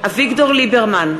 אביגדור ליברמן,